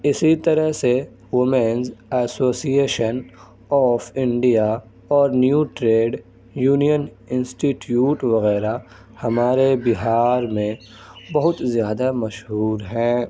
اسی طرح سے وومینز ایسوسیئیشن آف انڈیا اور نیو ٹریڈ یونین انسٹیٹیوٹ وغیرہ ہمارے بہار میں بہت زیادہ مشہور ہیں